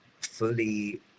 fully